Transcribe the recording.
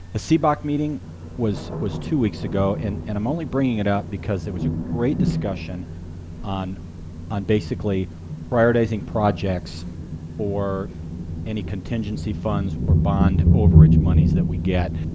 the cboc meeting was was two weeks ago. and and i'm only bringing it up because there was a great discussion on on basically prioritizing projects for any contingency funds or bond overage monies that we get.